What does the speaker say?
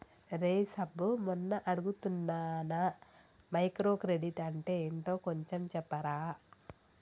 రేయ్ సబ్బు మొన్న అడుగుతున్నానా మైక్రో క్రెడిట్ అంటే ఏంటో కొంచెం చెప్పరా